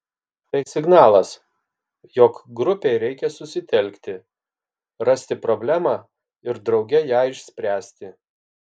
tai signalas jog grupei reikia susitelkti rasti problemą ir drauge ją išspręsti